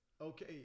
okay